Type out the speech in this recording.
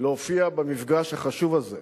להופיע במפגש החשוב הזה.